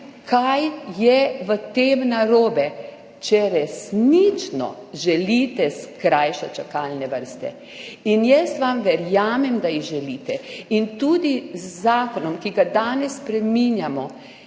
kaj je s tem narobe, če resnično želite skrajšati čakalne vrste. In jaz vam verjamem, da jih želite. Tudi z zakonom, ki ga danes spreminjamo,